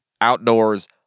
outdoors